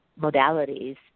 modalities